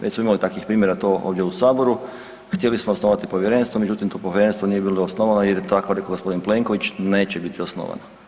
Već smo imali takvih primjera to ovdje u saboru, htjeli smo osnovati povjerenstvo međutim tu povjerenstvo nije bilo osnovano jer tako rekao gospodin Plenković neće biti osnovano.